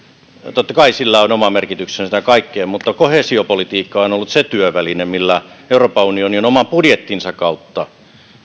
totta kai on oma merkityksensä tässä kaikessa mutta koheesiopolitiikka on ollut se työväline millä euroopan unioni on oman budjettinsa kautta